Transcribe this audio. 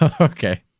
Okay